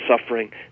suffering